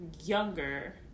younger